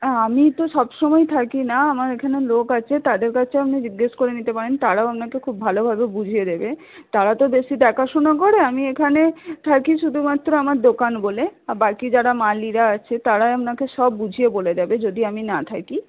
আমি তো সবসময় থাকি না আমার এখানে লোক আছে তাদের কাছেও আপনি জিজ্ঞাসা করে নিতে পারেন তারাও আপনাকে খুব ভালোভাবে বুঝিয়ে দেবে তারা তো বেশি দেখাশোনা করে আমি এখানে থাকি শুধুমাত্র আমার দোকান বলে বাকি যারা মালীরা আছে তারাই আপনাকে সব বুঝিয়ে বলে দেবে যদি আমি না থাকি